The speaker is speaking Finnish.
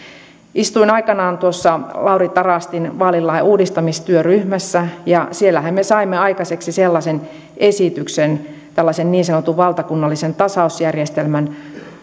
istuin aikanaan tuossa lauri tarastin vaalilain uudistamistyöryhmässä ja siellähän me saimme aikaiseksi sellaisen esityksen tällaisen niin sanotun valtakunnallisen tasausjärjestelmän